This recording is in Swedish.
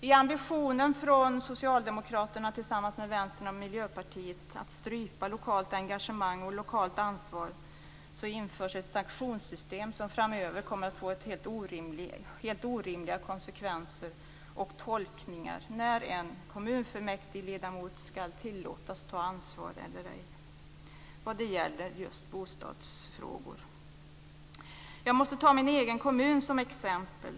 I ambitionen att strypa lokalt engagemang och lokalt ansvar inför Socialdemokraterna tillsammans med Vänstern och Miljöpartiet ett sanktionssystem som framöver kommer att innebära helt orimliga konsekvenser och tolkningar av när en kommunfullmäktigeledamot skall tillåtas ta ansvar eller ej vad gäller just bostadsfrågor. Jag måste ta min egen kommun som exempel.